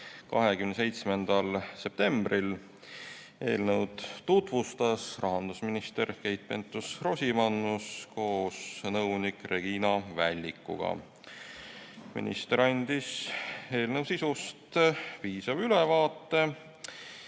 27. septembril. Eelnõu tutvustas rahandusminister Keit Pentus-Rosimannus koos nõunik Regina Vällikuga. Minister andis eelnõu sisust piisava ülevaate.